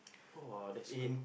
!wah! that's good